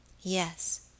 Yes